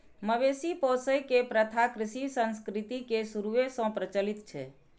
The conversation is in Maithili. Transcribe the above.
मवेशी पोसै के प्रथा कृषि संस्कृति के शुरूए सं प्रचलित छै